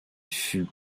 fut